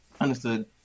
Understood